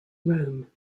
rome